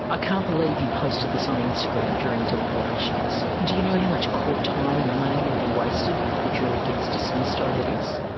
ah can't believe you posted this on instagram during deliberations. do you know how much court time and money will be wasted if the jury gets dismissed over this?